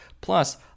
Plus